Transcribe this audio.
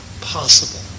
possible